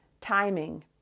timing